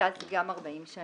שגם אז זה 40 שנה.